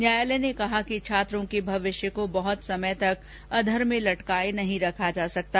न्यायालय ने कहा कि छात्रों के भविष्य को बहत समय तक अधर में लटकाए नहीं रखा जा सकता